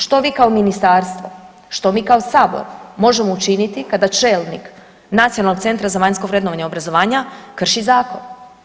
Što vi kao ministarstvo, što mi kao sabor možemo učiniti kada čelnik Nacionalnog centra za vanjsko vrednovanje obrazovanja krši zakon?